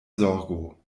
zorgo